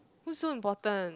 who's so important